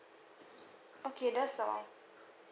okay that's all